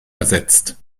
ersetzt